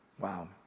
Wow